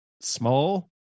small